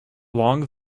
long